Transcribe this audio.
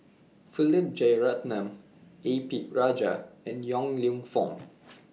Philip Jeyaretnam A P Rajah and Yong Lew Foong